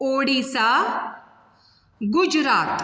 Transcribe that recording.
Odisha Gujarat